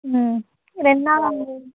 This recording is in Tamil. ம் ரெண்டு நாள் ஆகுங்க